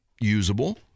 usable